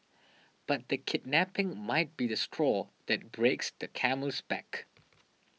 but the kidnapping might be the straw that breaks the camel's back